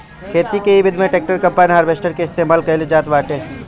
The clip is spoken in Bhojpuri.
खेती के इ विधि में ट्रैक्टर, कम्पाईन, हारवेस्टर के इस्तेमाल कईल जात बाटे